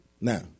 Now